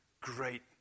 great